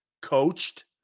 coached